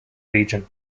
region